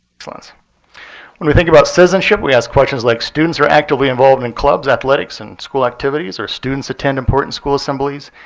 when we think about citizenship, we ask questions like, students are actively involved in and clubs, athletics, and school activities. or students attend important school assemblies,